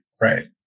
right